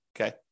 Okay